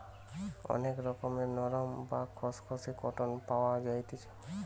অনেক রকমের নরম, বা খসখসে কটন পাওয়া যাইতেছি